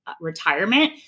retirement